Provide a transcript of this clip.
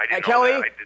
Kelly